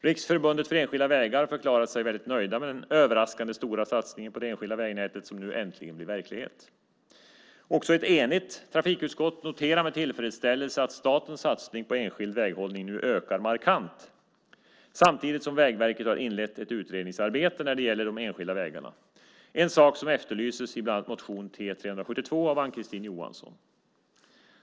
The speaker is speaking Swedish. Riksförbundet för enskilda vägar har förklarat sig väldigt nöjt med den överraskande stora satsningen på det enskilda vägnätet, som nu äntligen blir verklighet. Också ett enigt trafikutskott noterar med tillfredsställelse att statens satsning på enskild väghållning nu ökar markant samtidigt som Vägverket har inlett ett utredningsarbete när det gäller de enskilda vägarna. Det är en sak som efterlyses i bland annat motion T372 av Ann-Kristine Johansson.